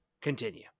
continue